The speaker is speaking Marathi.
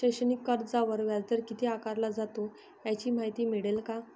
शैक्षणिक कर्जावर व्याजदर किती आकारला जातो? याची माहिती मिळेल का?